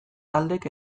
taldek